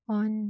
on